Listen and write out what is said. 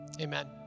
Amen